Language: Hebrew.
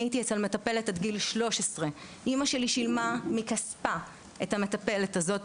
הייתי אצל מטפלת עד גיל 13. אימא שלי שילמה מכספה עבור המטפלת הזו,